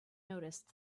noticed